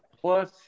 plus